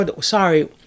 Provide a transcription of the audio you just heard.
Sorry